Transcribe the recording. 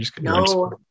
No